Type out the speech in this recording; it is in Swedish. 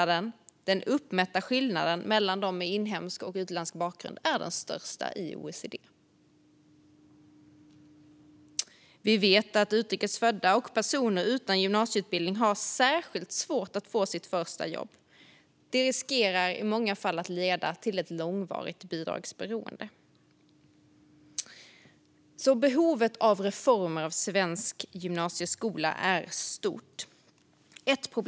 Den uppmätta skillnaden är den största i OECD. Vi vet att utrikes födda och personer utan gymnasieutbildning har särskilt svårt att få ett första jobb, vilket i många fall leder till ett långvarigt bidragsberoende. Behovet av reformer i svensk gymnasieskola är alltså stort.